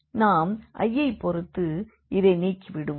நாம் x1ஐ பொறுத்து இதை நீக்கிவிடுவோம்